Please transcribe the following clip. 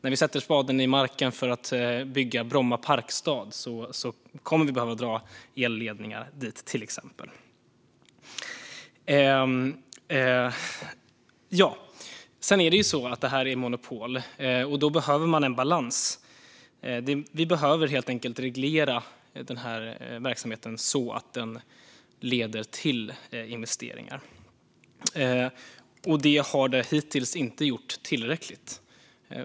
När vi sätter spaden i marken för att bygga Bromma parkstad kommer vi att behöva dra elledningar dit, till exempel. Sedan är detta monopol, och då behöver man en balans. Vi behöver helt enkelt reglera den här verksamheten så att den leder till investeringar. Det har den hittills inte gjort i tillräcklig grad.